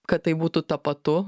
kad tai būtų tapatu